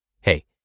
Hey